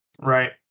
Right